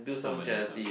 some money some